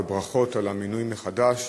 ברכות על המינוי מחדש.